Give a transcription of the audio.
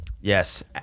yes